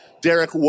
Derek